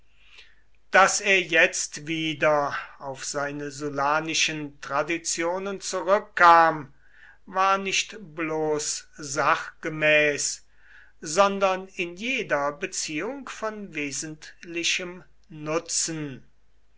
daß er jetzt wieder auf seine sullanischen traditionen zurückkam war nicht bloß sachgemäß sondern in jeder beziehung von wesentlichem nutzen